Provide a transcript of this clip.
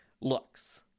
looks